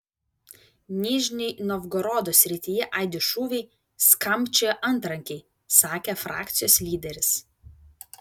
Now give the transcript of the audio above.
nižnij novgorodo srityje aidi šūviai skambčioja antrankiai sakė frakcijos lyderis